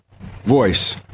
voice